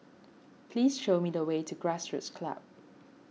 please show me the way to Grassroots Club